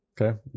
okay